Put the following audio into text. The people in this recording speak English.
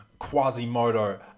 Quasimodo